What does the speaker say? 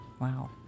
Wow